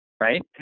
right